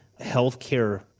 healthcare